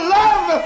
love